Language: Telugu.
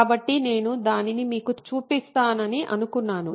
కాబట్టి నేను దానిని మీకు చూపిస్తానని అనుకున్నాను